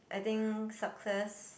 I think success